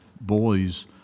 boys